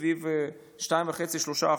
סביב 2.5%-3%.